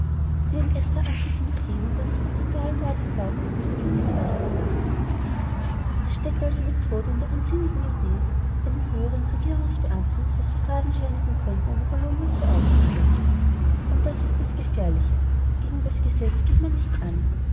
wie ein echter antisemit jeden der nicht an ritualmorde glaubt zum judengenossen macht es steckt also methode in der unsinnigen idee einem höheren regierungsbeamten aus so fadenscheinigen gründen die ballonmütze aufzustülpen und das ist das gefährliche gegen das gesetz geht man nicht an